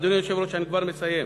אדוני היושב-ראש, אני כבר מסיים.